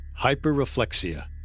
hyperreflexia